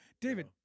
David